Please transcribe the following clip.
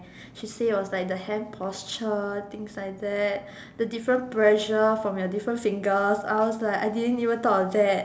she say it was like the hand posture things like that the different pressure from your different fingers I was like I didn't even thought of that